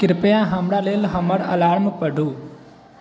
कृपया हमरा लेल हमर अलार्म पढ़ू